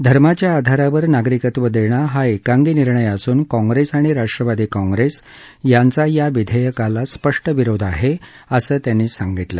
धर्माच्या आधारावर नागरिकत्व देणं हा एकांगी निर्णय असून काँग्रेस आणि राष्ट्रवादी काँग्रेस यांचा या विधेयकाला स्पष्ट विरोध आहे असं त्यांनी सांगितलं